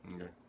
Okay